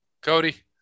Cody